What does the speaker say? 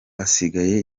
asigaye